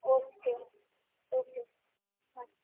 okay okay હા